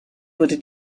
wurde